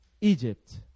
Egypt